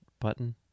Button